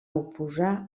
oposar